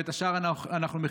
ואת השאר אנחנו מכילים,